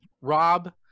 Rob